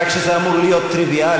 רק שזה אמור להיות טריוויאלי.